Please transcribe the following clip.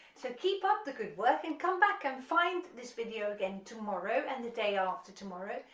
so keep up the good work and come back and find this video again tomorrow and the day after tomorrow,